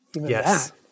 Yes